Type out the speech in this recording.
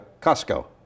Costco